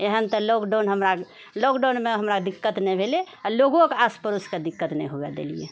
एहन तऽ लॉकडाउन हमरा लॉकडाउनमे हमरा दिक्कत नहि भेलै आ लोकोकेेँ आस पड़ोसके दिक्कत नहि हुए देलिऐ